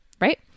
right